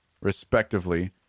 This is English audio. Respectively